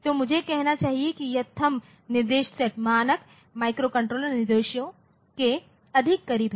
तो मुझे कहना चाहिए कि यह थंब निर्देश सेट मानक माइक्रोकंट्रोलर निर्देशों के अधिक करीब है